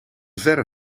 verre